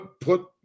put